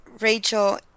Rachel